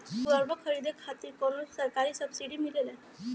उर्वरक खरीदे खातिर कउनो सरकारी सब्सीडी मिलेल?